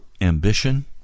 ambition